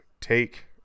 take